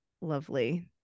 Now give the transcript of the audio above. lovely